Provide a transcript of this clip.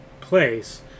place